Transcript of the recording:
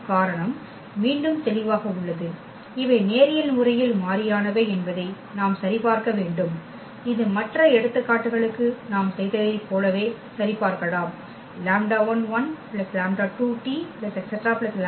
காரணம் மீண்டும் தெளிவாக உள்ளது இவை நேரியல் முறையில் மாறியானவை என்பதை நாம் சரிபார்க்க வேண்டும் இது மற்ற எடுத்துக்காட்டுகளுக்கு நாம் செய்ததைப் போல சரிபார்க்கலாம் 𝝀11 𝝀2t ⋯ 𝝀ntn